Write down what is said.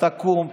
תקום,